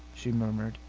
she murmured.